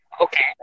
Okay